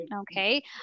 okay